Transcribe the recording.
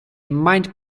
mind